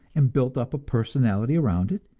and built up a personality around it,